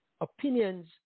opinions